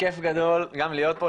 כיף גדול גם להיות פה,